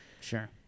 Sure